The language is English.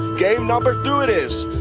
game number two it is!